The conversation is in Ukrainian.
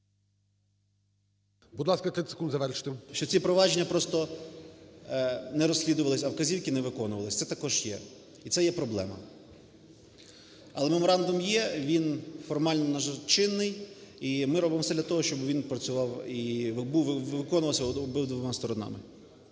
що ці провадження просто не розслідувалися, а вказівки не виконувалися. Це також є, і це є проблема. Але меморандум є, він формально чинний. І ми робимо все для того, щоб він працював і виконувався обидвома сторонами.